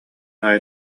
аайы